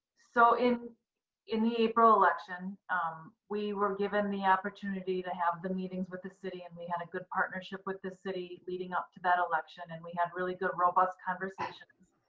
so, in in the april election um we were given the opportunity to have the meetings with the city and we had a good partnership with the city leading up to that election and we had really good, robust conversations.